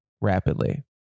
rapidly